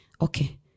okay